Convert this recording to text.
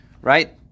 right